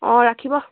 অঁ ৰাখিব